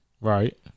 right